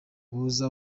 buza